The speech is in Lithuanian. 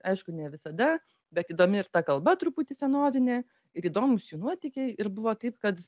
aišku ne visada bet įdomi ir ta kalba truputį senovinė ir įdomūs jų nuotykiai ir buvo taip kad